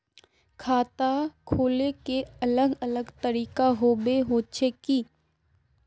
खाता खोले के अलग अलग तरीका होबे होचे की?